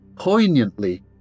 Poignantly